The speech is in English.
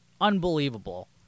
unbelievable